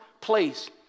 place